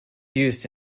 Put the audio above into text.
used